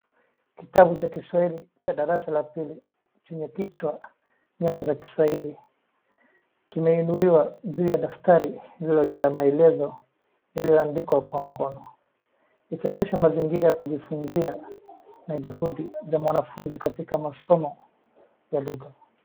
Kitabu cha kiswahili cha darasa la pili chenye kichwa nyota za kiswahili kimeinuliwa juu ya daftari lililo juu ya maelezo iliyoandikwa kwa mkono ikionyesha mazingira ya kujifunzia na juhudi za mwanafunzi katika masomo ya lugha.